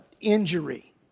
injury